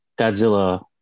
Godzilla